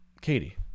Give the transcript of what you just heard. Katie